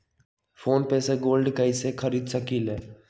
Phone पे से gold कईसे खरीद सकीले?